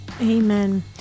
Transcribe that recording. Amen